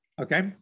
okay